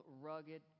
rugged